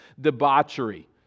debauchery